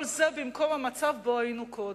כל זה במקום המצב שבו היינו קודם.